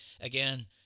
Again